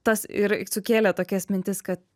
tas ir sukėlė tokias mintis kad